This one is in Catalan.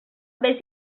vés